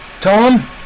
Tom